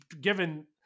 given